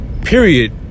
Period